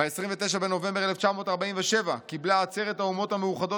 "ב-29 בנובמבר 1947 קיבלה עצרת האומות המאוחדות